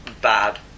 bad